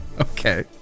okay